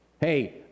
Hey